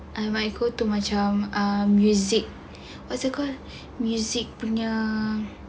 I might go to macam music what's that call music punya